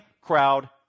crowd